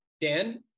Dan